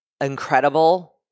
incredible